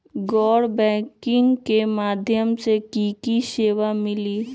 गैर बैंकिंग के माध्यम से की की सेवा मिली?